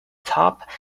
top